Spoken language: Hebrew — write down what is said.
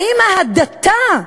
האם ההדתה,